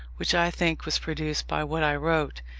which i think was produced by what i wrote,